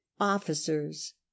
officers